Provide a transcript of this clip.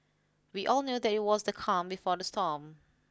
we all knew that it was the calm before the storm